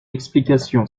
explication